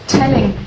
telling